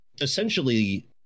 essentially